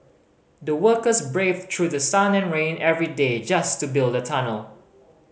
the workers braved through sun and rain every day just to build the tunnel